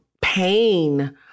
pain